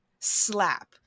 slap